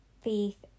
faith